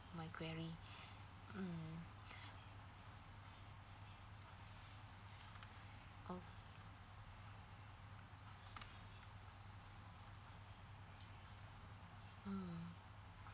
my query mm o~ mm